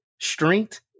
strength